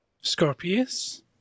scorpius